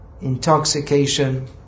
intoxication